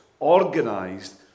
organised